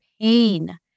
pain